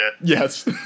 Yes